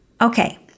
okay